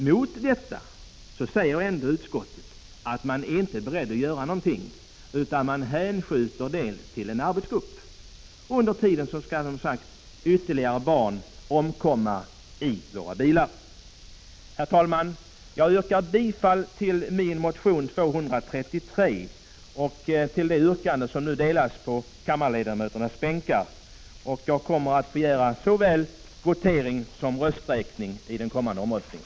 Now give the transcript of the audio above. Trots detta säger ändå utskottet att man inte är beredd att göra någonting, utan frågan hänskjuts till en arbetsgrupp. Under tiden skall, som sagt, ytterligare barn omkomma i våra bilar. Herr talman! Jag yrkar bifall till min motion 233 och till det yrkande som nu delas på kammarledamöternas bänkar och som har följande lydelse: Jag kommer att begära såväl votering som rösträkning i den kommande omröstningen.